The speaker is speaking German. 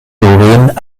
doreen